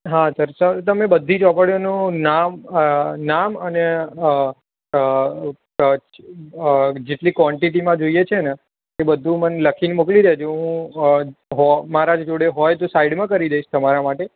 હા સર તમે બધી જ ચોપડીઓનું નામ નામ અને જેટલી કોન્ટીટીમાં જોઈએ છે ને એ બધું મને લખીને મોકલી દે જો મારા જોડે હોય તો સાઈડમાં કરી દઈશ તમારા માટે